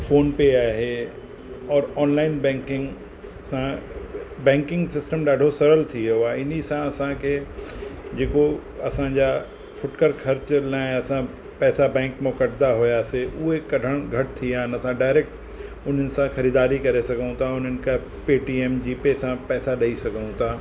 phone पे आहे और online banking सां बैंकिंग सिस्टम ॾाढो सरल थी वियो आहे इन्हीअ सां असांखे जेको असांजा फुटकर ख़र्चनि लाइ असां पैसा बैंक मां कढंदा हुआसीं उहे कढण घटि थी विया हिन सां डायरेक्ट उन्हनि सां ख़रीदारी करे सघूं था उन्हनि खे पेटीएम जीपे सां पैसा ॾेई सघूं था